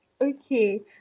Okay